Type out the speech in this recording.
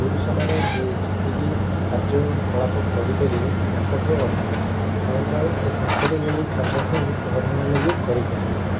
ପୁରୁଷମାନେ ଯେ ଯେତିକି କାର୍ଯ୍ୟକଳାପ କରିପାରିବେ ତାଙ୍କ ଠାରୁ ଅଧି ତାଙ୍କଠାରୁ ତାଙ୍କରି ଭଳି କାମ ହିଁ ମହିଳାମାନେ ବି କରିପାରିବେ